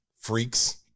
freaks